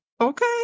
Okay